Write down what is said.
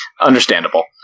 Understandable